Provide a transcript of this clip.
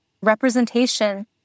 representation